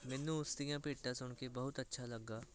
ਮੈਨੂੰ ਉਸਦੀਆਂ ਭੇਟਾਂ ਸੁਣ ਕੇ ਬਹੁਤ ਅੱਛਾ ਲੱਗਿਆ